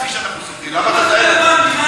מה זה רלוונטי?